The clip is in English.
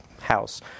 house